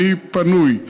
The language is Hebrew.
אני פנוי.